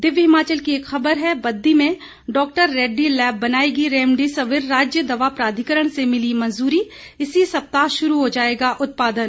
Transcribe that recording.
दिव्य हिमाचल की एक खबर है बद्दी में डॉ रेड्डी लैब बनाएगी रेमेडि सविर राज्य दवा प्राधिकरण से मिली मंजूरी इसी सप्ताह शुरू हो जाएगा उत्पादन